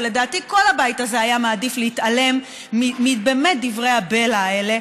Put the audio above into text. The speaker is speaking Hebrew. ולדעתי כל הבית הזה היה מעדיף להתעלם מדברי הבלע האלה,